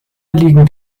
liegen